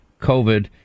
COVID